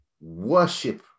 worship